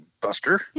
Buster